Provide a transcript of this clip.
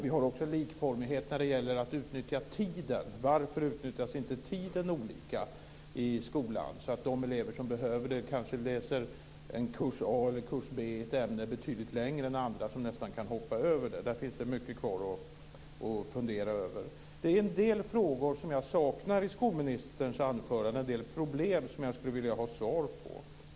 Vi har också en likformighet när det gäller att utnyttja tiden. Varför utnyttjas inte tiden olika i skolan så att de elever som behöver det kanske läser en kurs i ett ämne betydligt längre än andra som nästan kan hoppa över den? Där finns det mycket kvar att fundera över. Det är en del frågor som jag saknar i skolministerns anförande, en del problem som jag vill ha svar på.